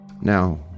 now